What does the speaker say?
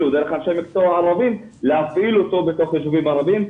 או דרך אנשי מקצוע ערבים להפעיל אותו בתוך יישובים ערבים.